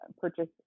purchase